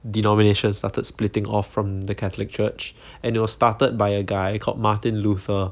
denomination started splitting off from the catholic church and it was started by a guy called martin luther